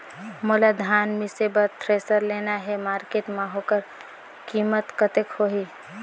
मोला धान मिसे बर थ्रेसर लेना हे मार्केट मां होकर कीमत कतेक होही?